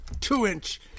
two-inch